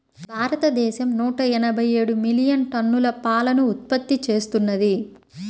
భారతదేశం నూట ఎనభై ఏడు మిలియన్ టన్నుల పాలను ఉత్పత్తి చేస్తున్నది